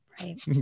Right